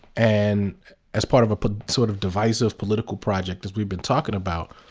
and as part of a sort of divisive political project, as we've been talking about.